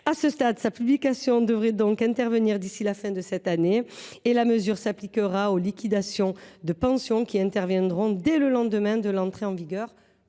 demain. Sa publication devrait donc intervenir d’ici à la fin de cette année et la mesure s’appliquera aux liquidations de pensions qui interviendront dès le lendemain de son entrée en vigueur.